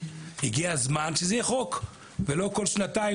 הגיע הזמן שזה יהיה חוק ולא שנבוא כל שנתיים,